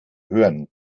hören